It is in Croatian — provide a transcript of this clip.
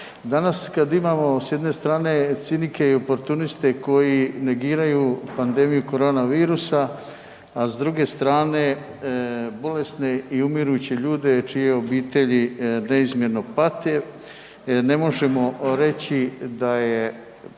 Danas kada imamo s jedne strane cinike i oportuniste koji negiraju pandemiju koronavirusa, a s druge strane bolesne i umiruće ljude čije obitelji neizmjerno pate, ne možemo reći da je